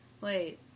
Wait